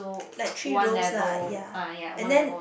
like three rows lah ya and then